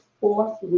fourth